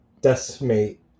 decimate